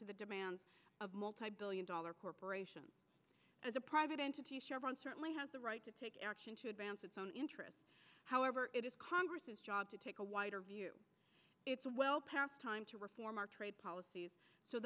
to the demands of multibillion dollar corporation as a private entity certainly has the right to take action to advance its own interests however it is congress's job to take a wider view it's well past time to reform our trade policies so